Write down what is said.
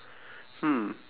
hmm